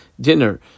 dinner